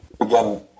again